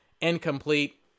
incomplete